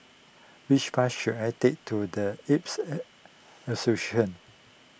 which bus should I take to the Arabs Association